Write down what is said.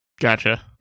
Gotcha